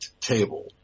table